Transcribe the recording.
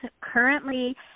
currently